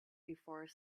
before